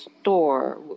store